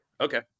Okay